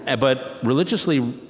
ah but religiously,